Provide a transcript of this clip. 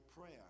prayer